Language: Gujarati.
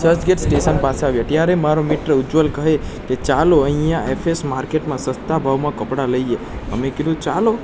ચર્ચગેટ સ્ટેશન પાસે આવ્યાં ત્યારે મારો મિત્ર ઉજ્જવલ કહે કે ચાલો અહીં એફ એસ માર્કેટમાં સસ્તા ભાવમાં કપડાં લઈએ તો મેં કીધું ચાલો